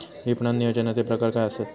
विपणन नियोजनाचे प्रकार काय आसत?